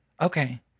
Okay